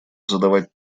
задавать